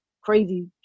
crazy